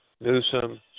Newsom